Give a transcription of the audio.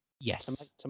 yes